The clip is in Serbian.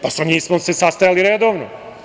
Pa, sa njim smo se sastajali redovno.